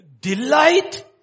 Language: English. delight